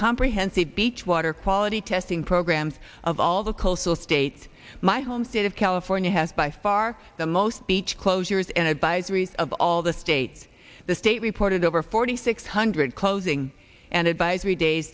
comprehensive beach water quality testing programs of all the coastal state my home state of california has by far the most beach closures and advisories of all the states the state reported over forty six hundred closing and advisory days